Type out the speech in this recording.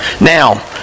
Now